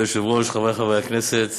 כבוד היושב-ראש, חברי חברי הכנסת,